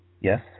Yes